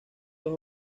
dos